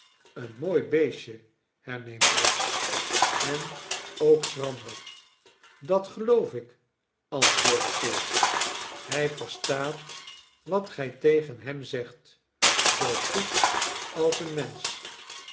een mooi beestje herneemt brass en ook schrander dat geloof ik antwoordde kit hij verstaat wat gij tegen hem zegt zoo goed als een mensch